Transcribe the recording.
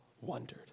wondered